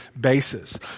basis